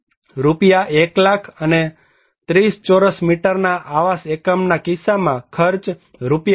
1 લાખ અને 30 ચોરસ મીટરના આવાસ એકમના કિસ્સામાં ખર્ચ રૂ